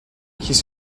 his